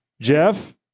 Jeff